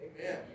Amen